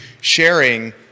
sharing